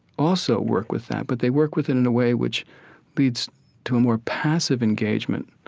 also work with that, but they work with it in a way which leads to a more passive engagement